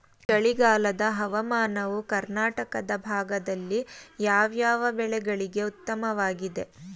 ಚಳಿಗಾಲದ ಹವಾಮಾನವು ಕರ್ನಾಟಕದ ಭಾಗದಲ್ಲಿ ಯಾವ್ಯಾವ ಬೆಳೆಗಳಿಗೆ ಉತ್ತಮವಾಗಿದೆ?